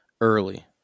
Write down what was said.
early